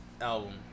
album